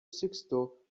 sexto